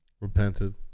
Repented